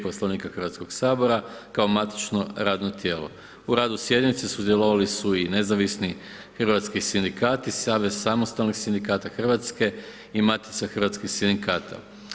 Poslovnika Hrvatskog sabora kao matično radno tijelo, u radu sjednice sudjelovali su i Nezavisnih hrvatski sindikati, Savez samostalnih sindikata Hrvatske i Matica hrvatskih sindikata.